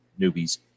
newbies